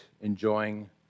enjoying